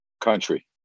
country